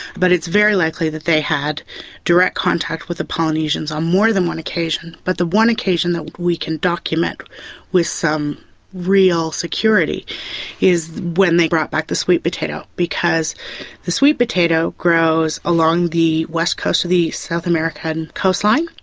but it is very likely that they had direct contact with the polynesians on more than one occasion. but the one occasion that we can document with some real security is when they brought back the sweet potato because the sweet potato grows along the west coast of the south american coastline,